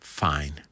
Fine